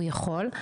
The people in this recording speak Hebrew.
הוא יכול,